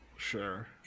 sure